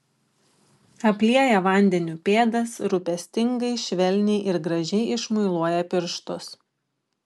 aplieja vandeniu pėdas rūpestingai švelniai ir gražiai išmuiluoja pirštus